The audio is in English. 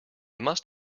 must